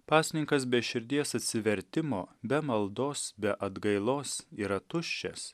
pasninkas be širdies atsivertimo be maldos be atgailos yra tuščias